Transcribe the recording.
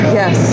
yes